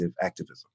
activism